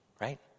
right